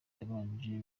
yabanje